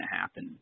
happen